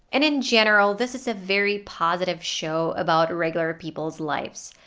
and in general this is a very positive show about regular people's lives.